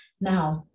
Now